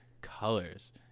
colors